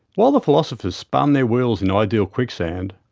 while the philosophers spun their wheels in ideal quicksand,